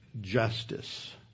justice